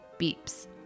Beeps